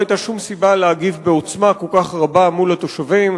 לא היתה שום סיבה להגיב בעוצמה כל כך רבה מול התושבים.